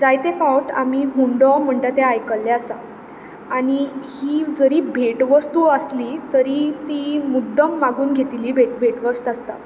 जायते फावट आमी हुंडो म्हणटा तें आयकल्लें आसा आनी ही जरी भेटवस्तू आसली तरी ती मुद्दम मागून घेतिल्ली भेट भेटवस्त आसता